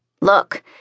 look